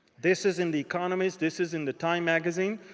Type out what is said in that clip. this is in the economist. this is in the time magazine.